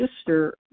sister